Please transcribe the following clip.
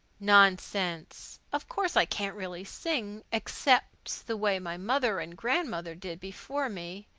nonsense. of course i can't really sing, except the way my mother and grandmother did before me.